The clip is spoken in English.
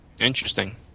Interesting